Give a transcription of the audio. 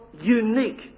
unique